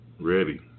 ready